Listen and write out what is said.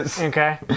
Okay